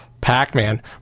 Pac-Man